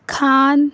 Khan